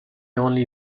only